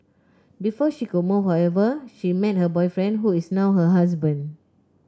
before she could move however she met her boyfriend who is now her husband